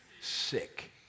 Sick